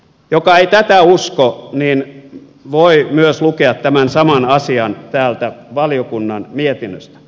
joka ei tätä usko voi myös lukea tämän saman asian täältä valiokunnan mietinnöstä